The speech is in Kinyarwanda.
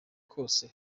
kose